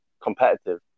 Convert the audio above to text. competitive